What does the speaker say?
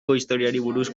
buruzkoak